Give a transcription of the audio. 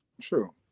True